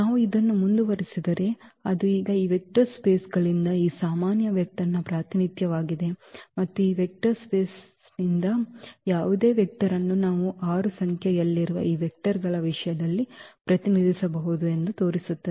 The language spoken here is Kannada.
ನಾವು ಇದನ್ನು ಮುಂದುವರಿಸಿದರೆ ಅದು ಈಗ ಈ ವೆಕ್ಟರ್ ಸ್ಪೇಸ್ಗಳಿಂದ ಈ ಸಾಮಾನ್ಯ ವೆಕ್ಟರ್ನ ಪ್ರಾತಿನಿಧ್ಯವಾಗಿದೆ ಮತ್ತು ಈ ವೆಕ್ಟರ್ ಸ್ಪೇಸ್ದಿಂದ ಯಾವುದೇ ವೆಕ್ಟರ್ ಅನ್ನು ನಾವು 6 ಸಂಖ್ಯೆಯಲ್ಲಿರುವ ಈ ವೆಕ್ಟರ್ಗಳ ವಿಷಯದಲ್ಲಿ ಪ್ರತಿನಿಧಿಸಬಹುದು ಎಂದು ತೋರಿಸುತ್ತದೆ